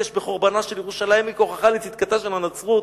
בחורבנה של ירושלים כהוכחה לצדקתה של הנצרות,